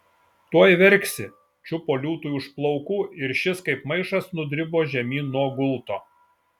tuoj verksi čiupo liūtui už plaukų ir šis kaip maišas nudribo žemyn nuo gulto